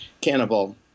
Cannibal